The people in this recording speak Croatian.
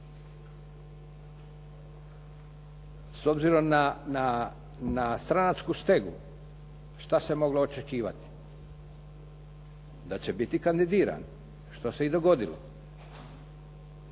S obzirom na stranačku stegu šta se moglo očekivati? Da će biti kandidiran što se i dogodilo.